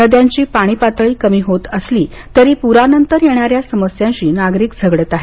नद्यांची पाणी पातळी कमी होत असली तरी पुरानंतर येणाऱ्या समस्यांशी नागरिक झगडत आहेत